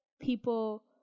people